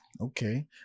okay